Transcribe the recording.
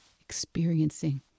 experiencing